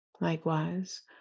likewise